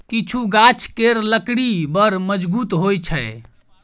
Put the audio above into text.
किछु गाछ केर लकड़ी बड़ मजगुत होइ छै